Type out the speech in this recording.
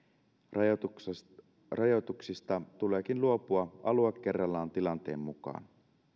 rajoituksista rajoituksista tuleekin luopua alue kerrallaan tilanteen mukaan